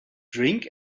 drink